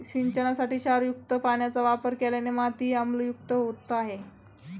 सिंचनासाठी क्षारयुक्त पाण्याचा वापर केल्याने मातीही आम्लयुक्त होत आहे